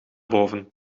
boven